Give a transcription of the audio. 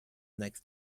next